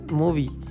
movie